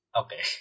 okay